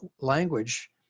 language